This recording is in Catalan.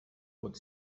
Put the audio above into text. pot